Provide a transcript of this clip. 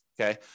okay